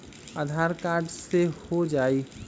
आधार card से हो जाइ?